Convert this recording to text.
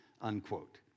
unquote